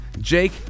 Jake